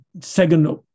second